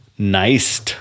nice